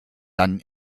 dann